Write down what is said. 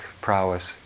prowess